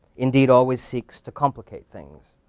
indeed, always seeks to complicate things.